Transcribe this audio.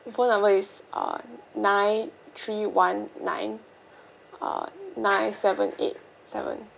my phone numbers is ah nine three one nine ah nine seven eight seven